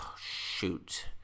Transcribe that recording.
Shoot